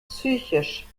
psychisch